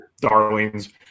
darlings